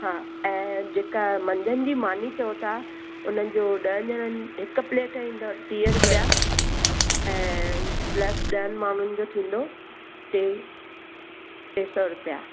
हा ऐं जेका मंझंदि जी मानी चओ था उन्हनि जो ॾह ॼणनि हिकु प्लेट ईंदो टीह रुपिया ऐं प्ल्स ॾह माण्हुनि जो थींदो टे टे सौ रुपिया